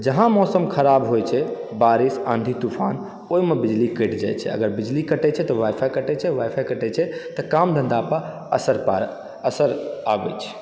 जहाँ मौसम खराब होइ छै बारिश आन्धी तूफान ओहिमे बिजली कटि जाइ छै अगर बिजली कटै छै तऽ वाइफाइ कटै छै आओर वाइफाइ कटै छै तऽ काम धन्धापर असरि असरि आबै छै